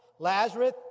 Lazarus